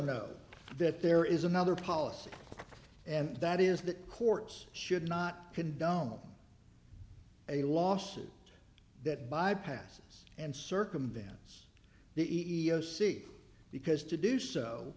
know that there is another policy and that is that courts should not condone a lawsuit that bypasses and circumvents the e e o c because to do so